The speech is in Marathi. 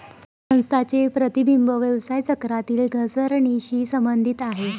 संस्थांचे प्रतिबिंब व्यवसाय चक्रातील घसरणीशी संबंधित आहे